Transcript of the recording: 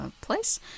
place